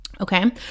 Okay